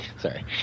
Sorry